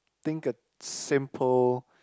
think a simple